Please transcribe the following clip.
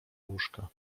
łóżka